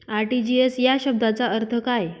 RTGS या शब्दाचा अर्थ काय?